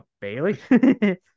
Bailey